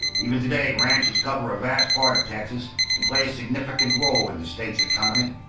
even today, ranches cover a vast part of texas and play a significant role in the state's economy.